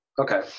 okay